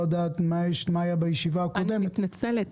יודע מה היה בישיבה הקודמת --- אני מתנצלת.